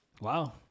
Wow